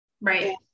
right